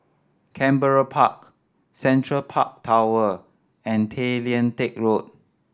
Canberra Park Central Park Tower and Tay Lian Teck Road